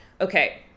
okay